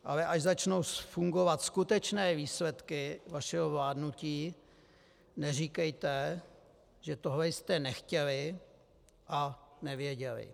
Ale až začnou fungovat skutečné výsledky vašeho vládnutí, neříkejte, že tohle jste nechtěli a nevěděli.